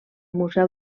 museu